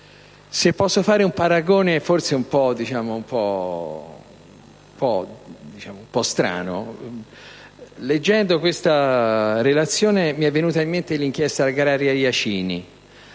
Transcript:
Se posso fare un paragone forse un po' strano, leggendo questa relazione mi è venuta in mente l'inchiesta agraria di